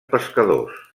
pescadors